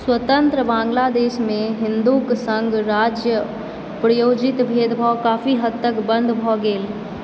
स्वतन्त्र बाङ्गलादेशमे हिन्दूक सङ्ग राज्य प्रायोजित भेदभाव काफी हद तक बन्द भऽ गेल